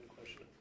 question